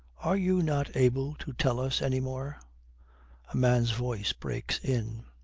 are you not able to tell us any more a man's voice breaks in.